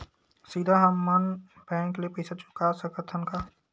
सीधा हम मन बैंक ले पईसा चुका सकत हन का?